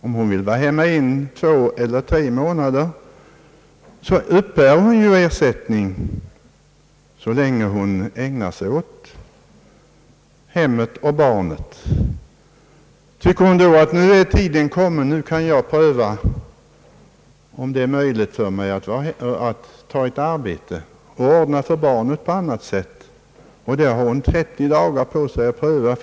Om hon vill vara hemma en, två eller tre månader uppbär hon ersättning så länge hon ägnar sig åt hemmet och barnet. Tycker hon att tiden är kommen att pröva om det är möjligt för henne att ta ett arbete, om hon kan ordna för barnet på annat sätt, så har hon 30 da gar på sig att pröva detta.